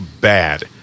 bad